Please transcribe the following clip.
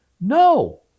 No